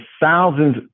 thousands